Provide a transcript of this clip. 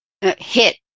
hit